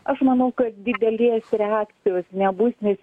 aš manau kad didelės reakcijos nebus nes